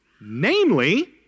Namely